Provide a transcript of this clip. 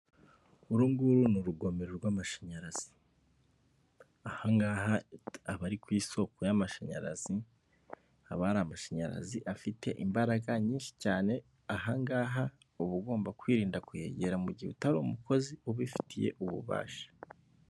Uru nguru ni urugomero rw'amashanyarazi, aha ngaha aba ari ku isoko y'amashanyarazi, haba hari amashanyarazi afite imbaraga nyinshi cyane, ahangaha uba ugomba kwirinda kuhegera mu gihe utari umukozi ubifitiye ububasha.